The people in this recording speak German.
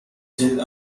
tel